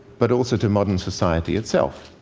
but also to modern society itself.